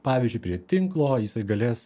pavyzdžiui prie tinklo jisai galės